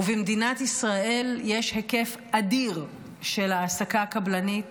במדינת ישראל יש היקף אדיר של העסקה קבלנית